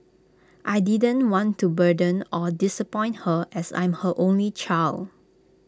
I didn't want to burden or disappoint her as I'm her only child